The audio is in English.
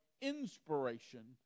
inspiration